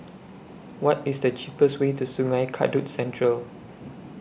What IS The cheapest Way to Sungei Kadut Central